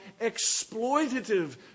exploitative